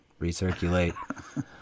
Recirculate